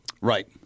Right